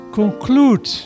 conclude